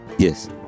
Yes